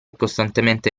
costantemente